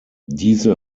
diese